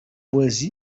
boyz